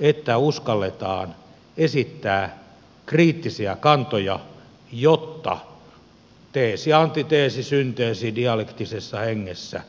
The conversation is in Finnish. että uskalletaan esittää kriittisiä kantoja jotta teesi antiteesi synteesi dialektisessä hengessä